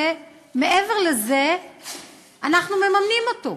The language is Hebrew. ומעבר לזה אנחנו מממנים אותו?